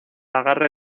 agarre